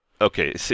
okay